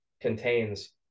contains